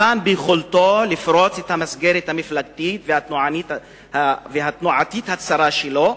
נבחן ביכולתו לפרוץ את המסגרת המפלגתית והתנועתית הצרה שלו,